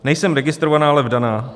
Nejsem registrovaná, ale vdaná.